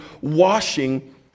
washing